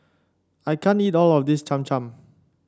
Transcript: I can't eat all of this Cham Cham